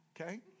okay